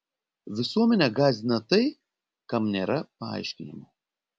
visuomenę gąsdina tai kam nėra paaiškinimo